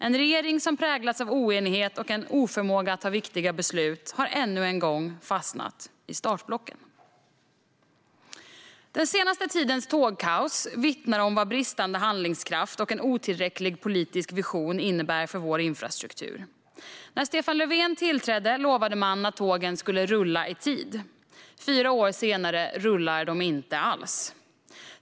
En regering som präglats av oenighet och en oförmåga att ta viktiga beslut har än en gång fastnat i startblocken. Den senaste tidens tågkaos vittnar om vad bristande handlingskraft och en otillräcklig politisk vision innebär för vår infrastruktur. När Stefan Löfven tillträdde lovade man att tågen skulle rulla i tid. Fyra år senare rullar de inte alls.